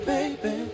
Baby